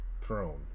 throne